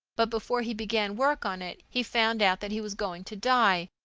but before he began work on it he found out that he was going to die,